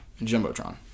Jumbotron